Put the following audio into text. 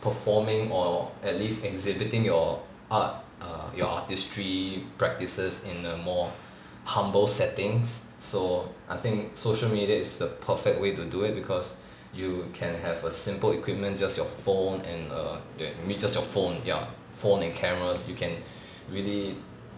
performing or at least exhibiting your art err your artistry practices in a more humble settings so I think social media is the perfect way to do it because you can have a simple equipment just your phone and err ya maybe your phone ya phone and cameras you can really